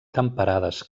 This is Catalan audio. temperades